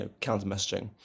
counter-messaging